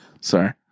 Sorry